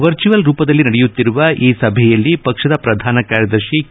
virtual ರೂಪದಲ್ಲಿ ನಡೆಯುತ್ತಿರುವ ಈ ಸಭೆಯಲ್ಲಿ ಪಕ್ಷದ ಪ್ರಧಾನ ಕಾರ್ಯದರ್ಶಿ ಕೆ